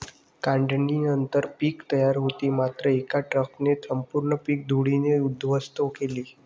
काढणीनंतर पीक तयार होते मात्र एका ट्रकने संपूर्ण पीक धुळीने उद्ध्वस्त केले